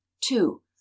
two